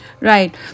right